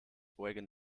wagon